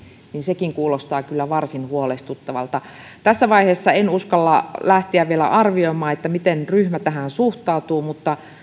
sekin kuulostaa kyllä varsin huolestuttavalta tässä vaiheessa en uskalla lähteä vielä arvioimaan miten ryhmä tähän suhtautuu mutta